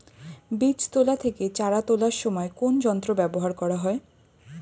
বীজ তোলা থেকে চারা তোলার সময় কোন যন্ত্র ব্যবহার করা হয়?